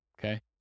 okay